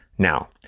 Now